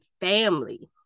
family